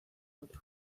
otro